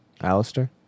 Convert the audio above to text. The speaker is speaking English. Alistair